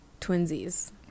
twinsies